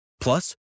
Plus